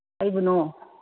ꯀꯩꯕꯨꯅꯣ